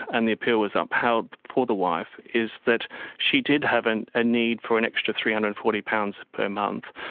and the appeal was upheld for the wife, is that she did have a ah need for an extra three hundred and forty pounds per month.